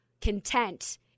content